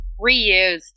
Reused